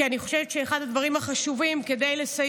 כי אני חושבת שאחד הדברים החשובים לסיוע